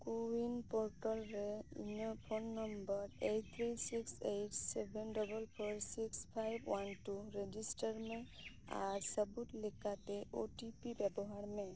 ᱠᱳ ᱩᱭᱤᱱ ᱯᱳᱨᱴᱟᱞ ᱨᱮ ᱤᱧᱟᱹᱜ phone number eight three six eight seven double four six five one two register ᱢᱮ ᱟᱨ ᱥᱟᱹᱵᱩᱫᱽ ᱞᱮᱠᱟᱛᱮ ᱳᱴᱤᱯᱤ ᱵᱮᱵᱚᱦᱟᱨ ᱢᱮ